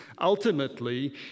ultimately